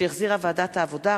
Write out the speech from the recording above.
שהחזירה ועדת העבודה,